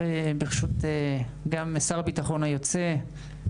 ברשות גם שר הביטחון היוצא,